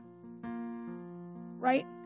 Right